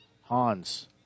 Hans